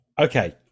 okay